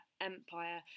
empire